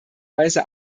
weise